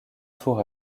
tour